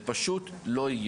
זה לא מקובל עליי.